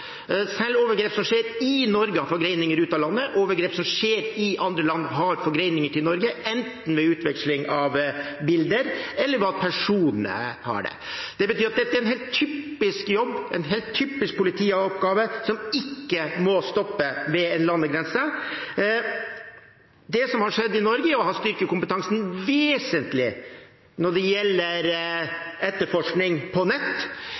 Selv overgrep som skjer i Norge, har forgreninger ut av landet. Overgrep som skjer i andre land, har forgreninger til Norge – enten ved utveksling av bilder eller ved at personene har det. Det betyr at dette er en helt typisk politioppgave som ikke må stoppe ved en landegrense. Det som har skjedd i Norge, er at en har styrket kompetansen vesentlig når det gjelder etterforskning på nett,